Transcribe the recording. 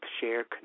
share